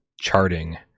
charting